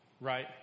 Right